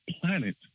planet